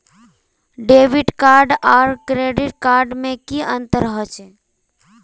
Debit card आर credit card में की अंतर होचे?